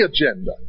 agenda